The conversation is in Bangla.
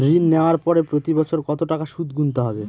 ঋণ নেওয়ার পরে প্রতি বছর কত টাকা সুদ গুনতে হবে?